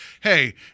hey